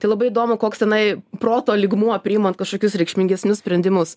tai labai įdomu koks tenai proto lygmuo priimant kažkokius reikšmingesnius sprendimus